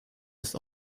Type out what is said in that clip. ist